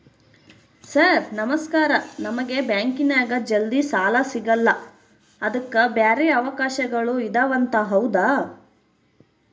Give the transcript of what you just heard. Sir ನಮಸ್ಕಾರ ನಮಗೆ ಬ್ಯಾಂಕಿನ್ಯಾಗ ಜಲ್ದಿ ಸಾಲ ಸಿಗಲ್ಲ ಅದಕ್ಕ ಬ್ಯಾರೆ ಅವಕಾಶಗಳು ಇದವಂತ ಹೌದಾ?